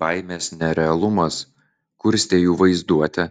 baimės nerealumas kurstė jų vaizduotę